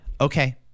okay